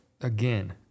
again